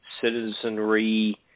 citizenry